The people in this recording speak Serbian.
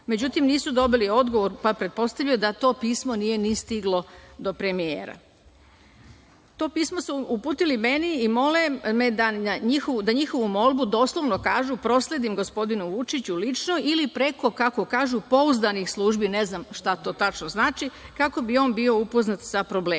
međutim, nisu dobili odgovor, pa pretpostavljam da to pismo nije ni stiglo do premijera. To pismo su uputili meni i mole me da njihovu molbu, doslovno kažu prosledim gospodinu Vučiću, lično ili preko kako kažu pouzdanih službi, ne znam šta to tačno znači, kako bi on bio upoznat sa problemom,